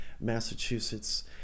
massachusetts